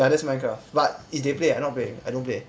ya that's minecraft but is they play I don't play I don't play